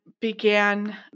began